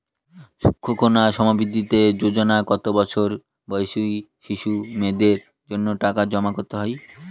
সুকন্যা সমৃদ্ধি যোজনায় কত বছর বয়সী শিশু মেয়েদের জন্য টাকা জমা করা শুরু হয়?